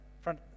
front